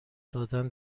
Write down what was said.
دادن